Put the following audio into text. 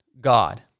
God